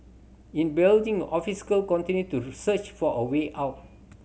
in building continue to search for a way out